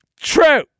true